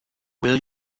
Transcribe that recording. will